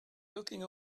looking